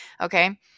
Okay